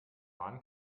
hahn